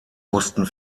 mussten